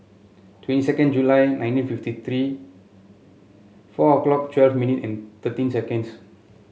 twenty second July nineteen fifty three four o'clock twelve minute and thirteen seconds